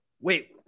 Wait